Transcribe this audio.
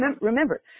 remember